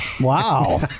Wow